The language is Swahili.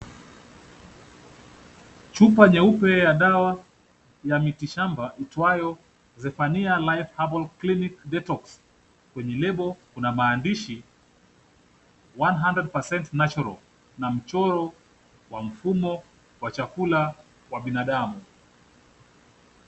Chupa nyeupe ya dawa ya mitishamba iitwayo Zephania Life Herbal Clinic Detox. Kwenye lebo kuna maandishi 100% natural na mchoro wa mfumo wa chakula wa binadamu.